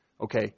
Okay